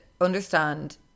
Understand